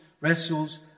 wrestles